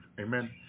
amen